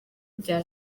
bya